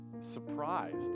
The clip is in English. surprised